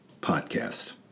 podcast